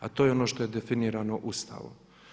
A to je ono što je definirano Ustavom.